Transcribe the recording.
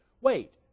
Wait